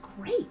great